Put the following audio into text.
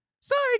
Sorry